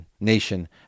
nation